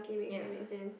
ya